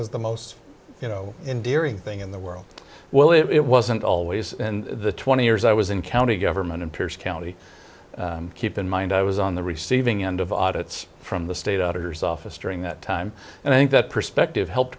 was the most you know endearing thing in the world well it wasn't always in the twenty years i was in county government in pierce county keep in mind i was on the receiving end of audits from the state auditors office during that time and i think that perspective helped